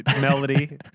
melody